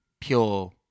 pure